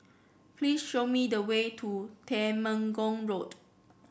please show me the way to Temenggong Road